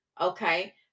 Okay